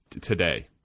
today